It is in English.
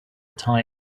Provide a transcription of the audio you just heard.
type